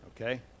okay